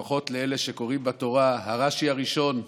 לפחות לאלה שקוראים בתורה, הרש"י הראשון בתורה,